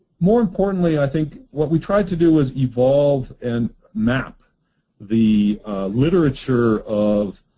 more importantly i think what we try to do is evolve and map the literature of